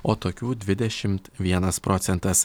o tokių dvidešimt vienas procentas